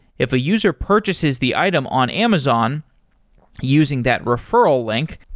if a user purchases the item on amazon using that referral link,